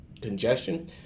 congestion